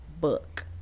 book